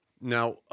Now—